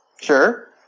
Sure